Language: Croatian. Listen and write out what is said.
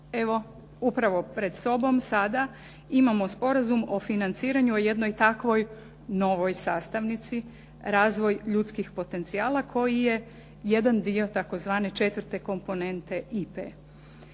Evo, upravo pred sobom sada imamo sporazum o financiranju o jednoj takvoj novoj sastavnici razvoj ljudskih potencijala koji je jedan dio tzv. četvrte komponente IPA-e.